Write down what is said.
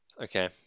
Okay